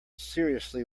seriously